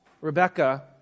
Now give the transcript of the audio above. Rebecca